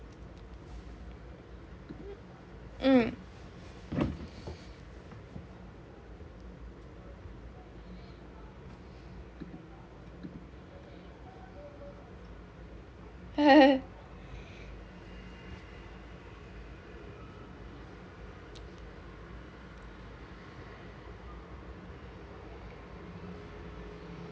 mm